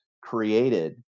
created